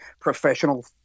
professional